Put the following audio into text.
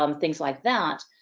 um things like that,